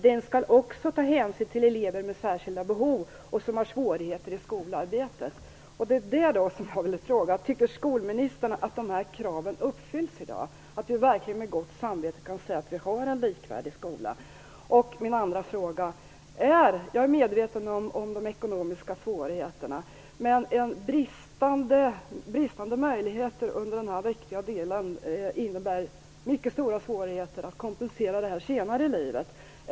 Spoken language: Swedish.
Den skall också ta hänsyn till elever med särskilda behov och som har svårigheter i skolarbetet. Tycker skolministern att de här kraven uppfylls i dag, att vi verkligen med gott samvete kan säga att vi har en likvärdig skola? Jag är medveten om de ekonomiska svårigheterna. Men bristande möjligheter i den här viktiga delen innebär mycket stora svårigheter att kompensera det senare i livet.